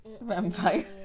Vampire